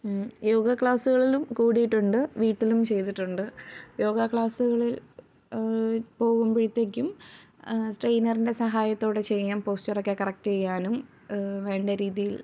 യോഗാ ക്ലാസ്സുകളിലും കൂടിയിട്ടുണ്ട് വീട്ടിലും ചെയ്തിട്ടുണ്ടും യോഗാ ക്ലാസ്സുകളിൽ പോകുമ്പോഴത്തേക്കും ട്രെയ്നറിൻ്റെ സഹായത്തോടെ ചെയ്യാം പോസ്റ്ററൊക്കെ കറക്റ്റ് ചെയ്യാനും വേണ്ട രീതിയിൽ